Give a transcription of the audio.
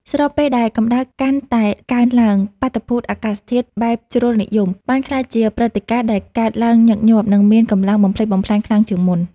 ស្របពេលដែលកម្ដៅកាន់តែកើនឡើង បាតុភូតអាកាសធាតុបែបជ្រុលនិយម បានក្លាយជាព្រឹត្តិការណ៍ដែលកើតឡើងញឹកញាប់ និងមានកម្លាំងបំផ្លិចបំផ្លាញខ្លាំងជាងមុន។